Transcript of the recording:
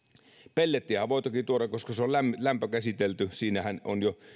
pellettiähän voi toki tuoda koska se on lämpökäsiteltyä siinähän on jo